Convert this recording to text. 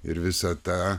ir visą tą